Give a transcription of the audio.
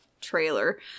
trailer